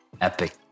epic